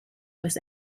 was